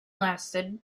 lasted